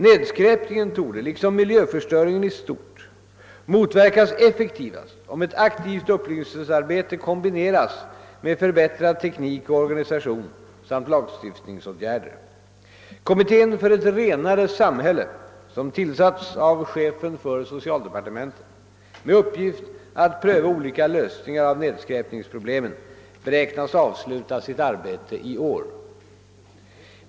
Nedskräpningen torde — liksom miljöförstöringen i stort — motverkas effektivast om ett aktivt upplysningsarbete kombineras med förbättrad teknik och organisation samt lagstiftningsåtgärder. Kommittén för ett renare samhälle, som tillsatts av chefen för socialdepartementet med uppgift att pröva olika lösningar av nedskräpningsproblemen, beräknas avsluta sitt arbete i år.